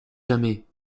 jamais